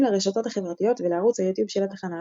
לרשתות החברתיות ולערוץ היוטיוב של התחנה,